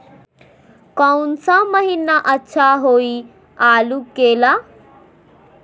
कौन सा महीना अच्छा होइ आलू के ला?